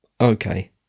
Okay